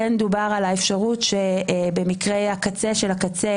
כן דובר על האפשרות שבמקרי הקצה של הקצה